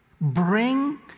Bring